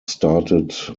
started